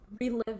relive